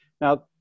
Now